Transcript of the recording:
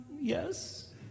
yes